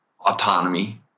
autonomy